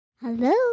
Hello